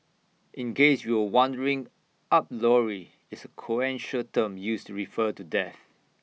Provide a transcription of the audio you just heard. in case you were wondering up lorry is A colloquial term used refer to death